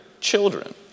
children